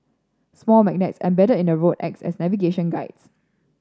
small magnets embedded in the road act as navigation guides